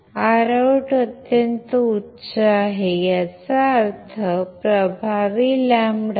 ROUT1λIo ROUT अत्यंत उच्च आहे याचा अर्थ प्रभावी λ